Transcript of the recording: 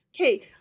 Okay